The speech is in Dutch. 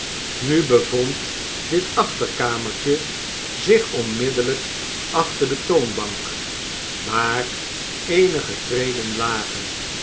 nu bevond dit achterkamertje zich onmiddellijk achter de toonbank maar eenige treden lager